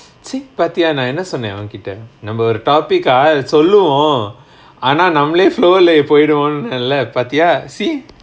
see பாத்தியா நா என்ன சொன்ன ஓங்கிட்ட நம்ம ஒரு:paathiyaa naa enna sonna ongkitta namma oru topic ah சொல்லுவோ ஆனா நம்மலே:solluvo aanaa nammalae flow leh போயிடுவோண்டன்ல பாதியா:poyiduvondanla paathiyaa see